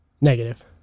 Negative